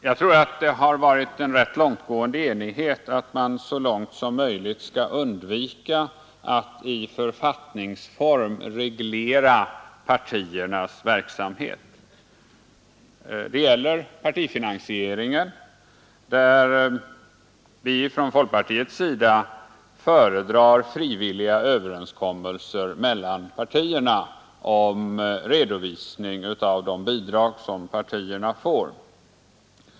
Fru talman! Det har rått en rätt långtgående enighet om ätt man så långt som möjligt skall undvika att i författningsform reglera partiernas verksamhet. Det gäller partifinansieringen, där vi i folkpartiet föredrar frivilliga överenskommelser mellan partierna om redovisning av de bidrag som partierna får.